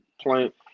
plant